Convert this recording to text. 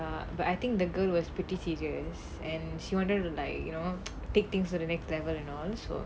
uh but I think the girl was pretty serious and she wanted to like you know take things to the next level and all so